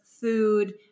food